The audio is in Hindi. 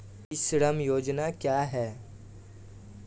ई श्रम योजना क्या है?